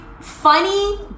funny